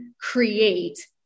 create